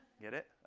get it?